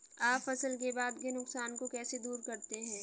आप फसल के बाद के नुकसान को कैसे दूर करते हैं?